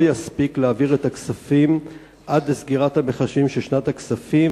יספיק להעביר את הכספים עד לסגירת המחשבים של שנת הכספים,